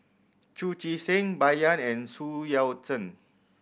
Chu Chee Seng Bai Yan and Su Yao Zhen